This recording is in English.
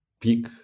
pick